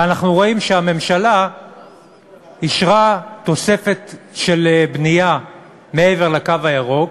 ואנחנו רואים שהממשלה אישרה תוספת של בנייה מעבר לקו הירוק,